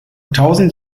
tausend